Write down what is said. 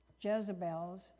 Jezebels